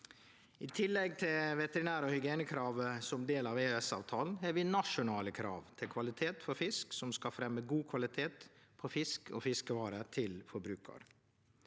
I tillegg til veterinær- og hygienekrav som er en del av EØS-avtala, har vi nasjonale krav til kvalitet for fisk som skal fremje god kvalitet på fisk og fiskevarer til forbrukar.